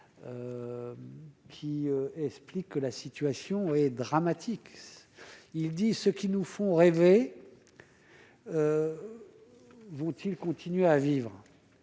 qui explique que la situation est dramatique, il dit : ce qui nous font rêver, vont-ils continuer à vivre